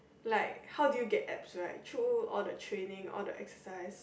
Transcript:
like how did you get abs right through all the training all the exercise